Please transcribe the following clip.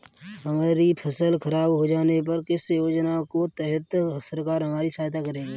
हमारी फसल खराब हो जाने पर किस योजना के तहत सरकार हमारी सहायता करेगी?